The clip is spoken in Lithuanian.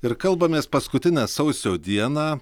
ir kalbamės paskutinę sausio dieną